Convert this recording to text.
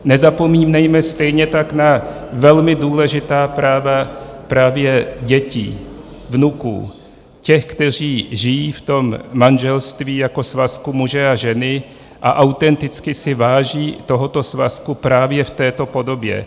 Nezapomínejme stejně tak na velmi důležitá práva právě dětí, vnuků, těch, kteří žijí v tom manželství jako svazku muže a ženy a autenticky si váží tohoto svazku právě v této podobě.